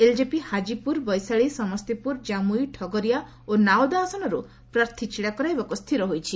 LJP Hajipur Vaishali Samastipur Jamui Khagaria ଓ ନାଓଦା ଆସନରୁ ପ୍ରାର୍ଥୀ ଛିଡ଼ା କରାଇବାକୁ ସ୍ଥିର ହୋଇଛି